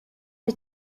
bir